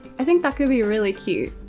i think that could be really cute.